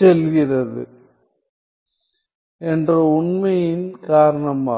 செல்கிறது என்ற உண்மையின் காரணமாகும்